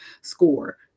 score